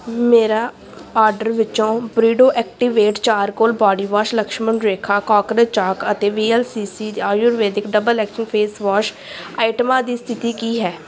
ਮੇਰਾ ਆਰਡਰ ਵਿੱਚ ਬਰਿਡੋ activated charcoal body wash Lakshman Rekha cockroach chalk ਅਤੇ V L C C Ayurved double action face wash ਆਈਟਮਾਂ ਦੀ ਸਥਿਤੀ ਕੀ ਹੈ